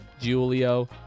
Julio